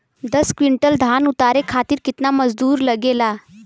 दस क्विंटल धान उतारे खातिर कितना मजदूरी लगे ला?